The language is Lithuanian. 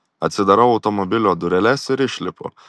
atsidarau automobilio dureles ir išlipu